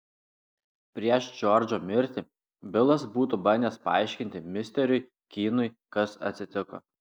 prieš džordžo mirtį bilas būtų bandęs paaiškinti misteriui kynui kas atsitiko